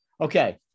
Okay